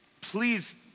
please